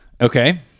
Okay